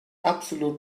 absolut